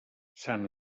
sant